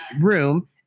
room